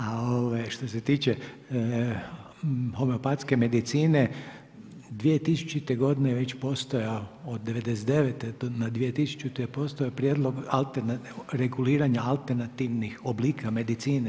A što se tiče homeopatske medicine 2000. godine je već postojao, od '99. na 2000. je postojao prijedlog reguliranja alternativnih oblika medicine.